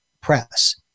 press